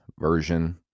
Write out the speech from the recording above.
version